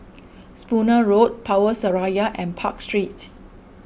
Spooner Road Power Seraya and Park Street